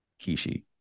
Kishi